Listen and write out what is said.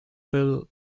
bill